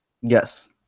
Yes